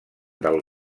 del